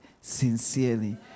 sincerely